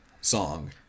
song